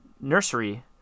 nursery